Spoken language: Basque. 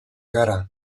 gara